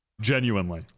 Genuinely